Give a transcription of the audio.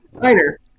minor